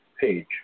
page